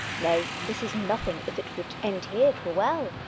nay, this is nothing if it would end here twere well.